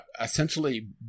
Essentially